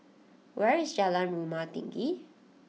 where is Jalan Rumah Tinggi